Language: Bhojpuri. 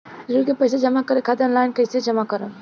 ऋण के पैसा जमा करें खातिर ऑनलाइन कइसे जमा करम?